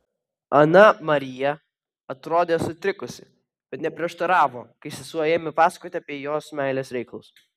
ana marija atrodė sutrikusi bet neprieštaravo kai sesuo ėmė pasakoti apie jos meilės reikalus